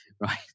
right